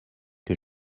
que